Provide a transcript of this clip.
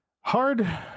Hard